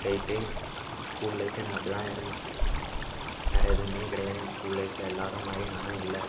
போய்விட்டு school life எனக்கு அப்படிதான் இருந்துச்சி வேறு எதுவுமே கிடையாது என் ஸ்கூல் லைஃப்பில் எல்லாேரும் மாதிரியும் நானெல்லாம் இல்லை